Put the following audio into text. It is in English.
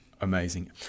Amazing